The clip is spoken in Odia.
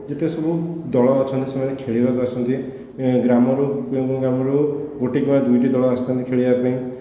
ଯେତେ ସବୁ ଦଳ ଅଛନ୍ତି ସେମାନେ ଖେଳିବାକୁ ଆସନ୍ତି ଗ୍ରାମରୁ ଗ୍ରାମରୁ ଗୋଟିଏ କିମ୍ବା ଦୁଇଟି ଦଳ ଆସିଥାନ୍ତି ଖେଳିବାପାଇଁ